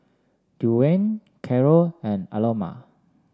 Dwyane Carroll and Aloma